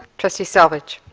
trustee selvidge.